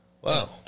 Wow